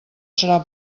serà